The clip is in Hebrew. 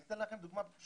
אני אתן לכם דוגמה פשוטה,